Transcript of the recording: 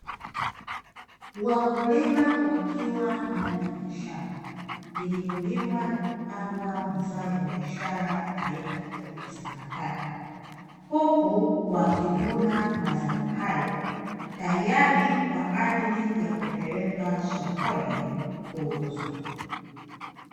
Wakulima wakiwa ndani ya shamba lililolimwa na kupandwa mazao ya biashara aina ya viazi mbatata, huku wakivuna mazao hayo tayari kwa ajili ya kupelekwa sokoni kuuzwa.